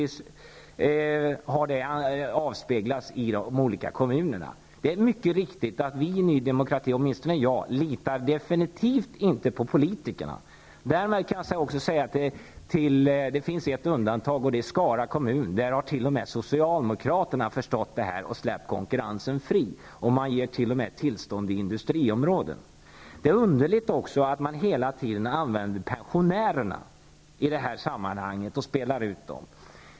Den har avspeglats i de olika kommunerna. Det är mycket riktigt att vi i Ny Demokrati -- åtminstone jag -- litar absolut inte på politikerna. Det finns ett undantag, och det är Skara kommun. Där har t.o.m. socialdemokraterna förstått den här frågan och släppt konkurrensen fri. De har t.o.m. gett tillstånd till etablering i industriområden. Det är underligt att pensionärerna spelas ut i det här sammanhanget.